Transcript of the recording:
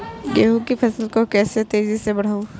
गेहूँ की फसल को तेजी से कैसे बढ़ाऊँ?